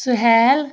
Suhail